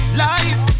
light